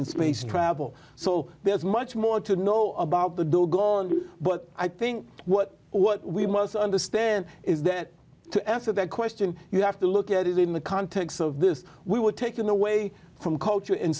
in space travel so there's much more to know about the doggoned but i think what we must understand is that to ask that question you have to look at it in the context of this we were taken away from culture